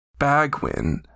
Bagwin